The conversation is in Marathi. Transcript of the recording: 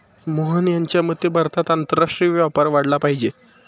मोहन यांच्या मते भारतात आंतरराष्ट्रीय व्यापार वाढला पाहिजे